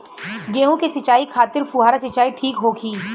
गेहूँ के सिंचाई खातिर फुहारा सिंचाई ठीक होखि?